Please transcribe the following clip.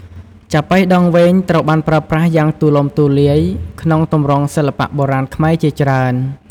ចាប៉ីដងវែង ត្រូវបានប្រើប្រាស់យ៉ាងទូលំទូលាយក្នុងទម្រង់សិល្បៈបុរាណខ្មែរជាច្រើន។